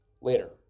later